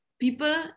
people